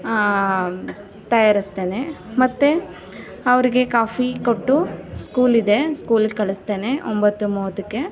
ತಯಾರಿಸ್ತೇನೆ ಮತ್ತೆ ಅವ್ರಿಗೆ ಕಾಫಿ ಕೊಟ್ಟು ಸ್ಕೂಲ್ ಇದೆ ಸ್ಕೂಲಿಗೆ ಕಳಿಸ್ತೇನೆ ಒಂಬತ್ತು ಮೂವತ್ತಕ್ಕೆ